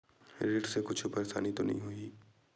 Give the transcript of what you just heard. ऋण से कुछु परेशानी तो नहीं होही?